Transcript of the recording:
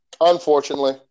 Unfortunately